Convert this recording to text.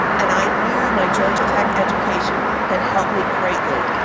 and i knew my georgia tech education had helped me greatly.